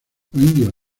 indios